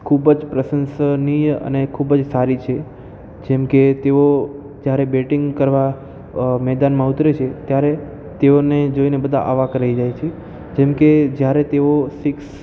ખૂબ જ પ્રશંસનીય અને ખૂબ જ સારી છે જેમકે તેઓ જ્યારે બેટિંગ કરવા મેદાનમાં ઉતરે છે ત્યારે તેઓને જોઈને બધા અવાક રહી જાય છે જેમકે જ્યારે તેઓ સિક્સ